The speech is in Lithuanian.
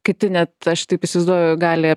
kiti net aš taip įsivaizduoju gali